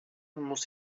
muss